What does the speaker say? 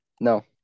No